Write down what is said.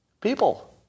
People